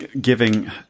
giving